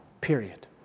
period